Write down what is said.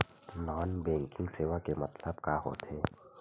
Non banking सेवा के मतलब का होथे?